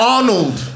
Arnold